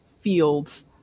fields